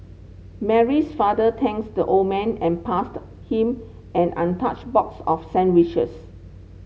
Mary's father thanks the old man and passed him an untouched box of sandwiches